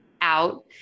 out